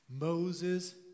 Moses